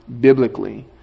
biblically